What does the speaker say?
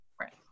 Right